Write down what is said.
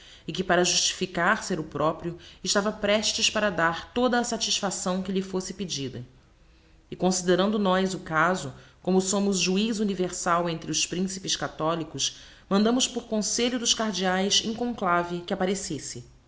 e que para justificar ser o proprio estava prestes para dar toda a satisfação que lhe fosse pedida e considerando nós o cazo como somos juiz universal entre os principes catholicos mandamos por conselho dos cardeaes em conclave que apparecesse